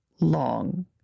long